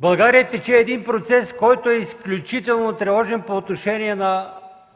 България тече един процес, който е изключително тревожен, по отношение на